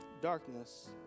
Darkness